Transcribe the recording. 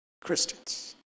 Christians